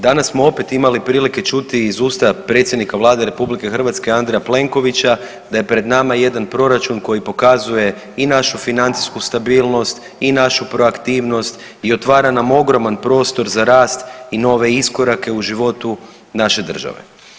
Danas smo opet imali prilike čuti iz usta predsjednika Vlade RH Andreja Plenkovića da je pred nama jedan proračun koji pokazuje i našu financijsku stabilnost i našu proaktivnost i otvara nam ogroman prostor za rast i nove iskorake u životu naše države.